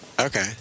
Okay